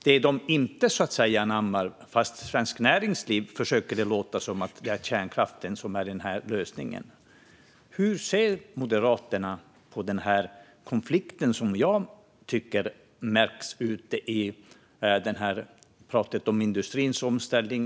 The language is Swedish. Det som de inte anammar, fastän Svenskt Näringsliv försöker få det att låta så, är att kärnkraft skulle vara lösningen. Hur ser Moderaterna på den konflikt som jag tycker märks i pratet om industrins omställning?